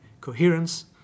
coherence